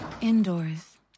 indoors